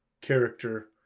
character